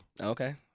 Okay